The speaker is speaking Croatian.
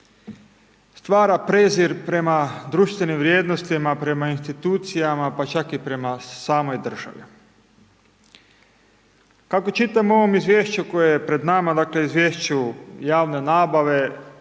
stvara prezir prema društvenim vrijednostima, prema institucijama pa čak i prema samoj državi. Kako čitam u ovom izvješću koje je pred nama, dakle Izvješću javne nabave,